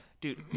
Dude